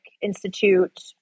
institute